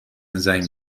زنگ